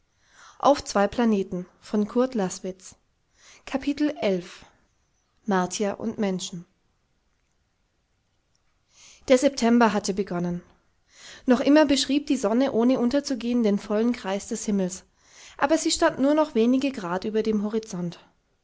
und menschen der september hatte begonnen noch immer beschrieb die sonne ohne unterzugehen den vollen kreis des himmels aber sie stand nur noch wenige grad über dem horizont